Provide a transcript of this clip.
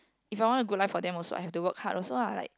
if I want a good life for them also I have to work hard also lah like